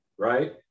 Right